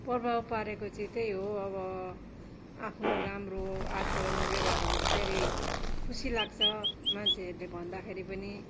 प्रभाव पारेको चाहिँ त्यही हो अब आफ्नो राम्रो आचारण व्यवहार हुँदाखेरि खुसी लाग्छ मान्छेहरूले भन्दाखेरि पनि